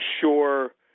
sure